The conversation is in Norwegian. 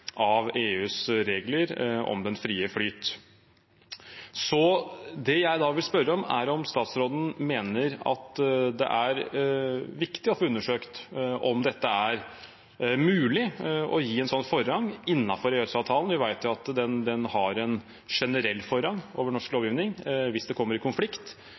av EUs regler om den frie flyt. Det jeg da vil spørre om, er om statsråden mener det er viktig å få undersøkt om det er mulig å gi en sånn forrang innenfor EØS-avtalen. Vi vet at den har en generell forrang over norsk lovgivning hvis det kommer i konflikt,